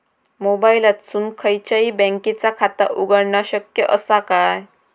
मोबाईलातसून खयच्याई बँकेचा खाता उघडणा शक्य असा काय?